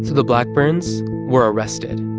the blackburns were arrested.